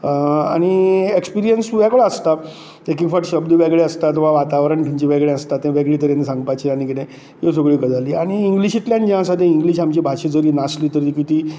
आनी एक्स्पीरियन्स वेगळो आसता एक एक फावट शब्द वेगळे आसतात वातावरण वेगळें आसता तें वेगळे तरेन सांगपाचें आनी कितें ह्यो सगल्यो गजाली आनी इंग्लीशींतल्यान जें आसा इंग्लीश आमची भाशा नासली तरी बी ती